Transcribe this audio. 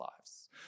lives